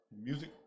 Music